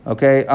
Okay